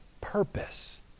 purpose